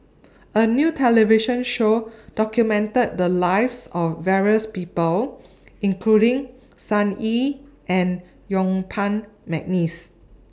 A New television Show documented The Lives of various People including Sun Yee and Yuen Peng Mcneice